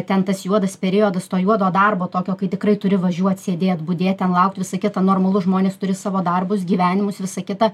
ten tas juodas periodas to juodo darbo tokio kai tikrai turi važiuot sėdėt budėt ten laukti visa kita normalu žmonės turi savo darbus gyvenimus visą kitą